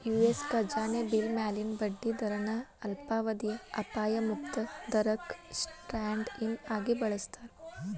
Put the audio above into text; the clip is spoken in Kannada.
ಯು.ಎಸ್ ಖಜಾನೆ ಬಿಲ್ ಮ್ಯಾಲಿನ ಬಡ್ಡಿ ದರನ ಅಲ್ಪಾವಧಿಯ ಅಪಾಯ ಮುಕ್ತ ದರಕ್ಕ ಸ್ಟ್ಯಾಂಡ್ ಇನ್ ಆಗಿ ಬಳಸ್ತಾರ